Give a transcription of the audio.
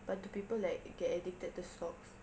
but do people like get addicted to stocks